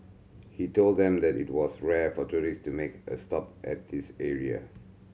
he told them that it was rare for tourists to make a stop at this area